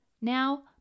Now